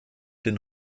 den